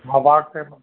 हज़ार सै मो